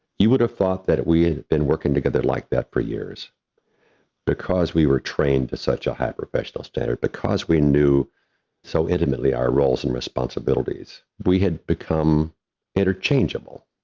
you would have thought that we had been working together like that for years because we were trained to such a high professional standard, because we knew so intimately our roles and responsibilities. we had become interchangeable.